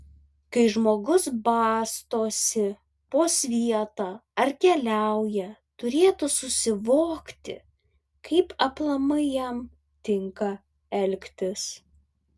kai žmogus bastosi po svietą ar keliauja turėtų susivokti kaip aplamai jam tinka elgtis